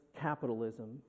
capitalism